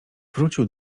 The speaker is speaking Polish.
wrócił